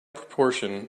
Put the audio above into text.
proportion